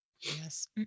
Yes